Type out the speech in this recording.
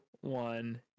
one